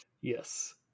Yes